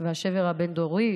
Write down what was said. והשבר הבין-דורי,